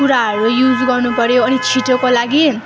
कुराहरू युज गर्नु पऱ्यो अनि छिटोको लागि